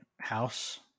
house